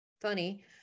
funny